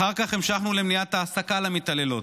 אחר כך המשכנו למניעת העסקה למתעללות,